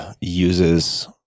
uses